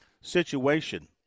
situation